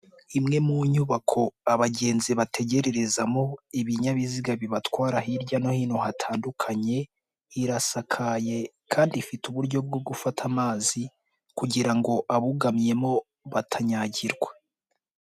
Imwe mu nyubako abagenzi bategerererezamo ibinyabiziga bibatwara hirya no hino hatandukanye, irasakaye kandi ifite uburyo bwo gufata amazi kugira ngo abugamyemo batanyagirwa.